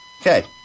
Okay